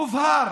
מובהר